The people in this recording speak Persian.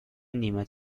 نیمه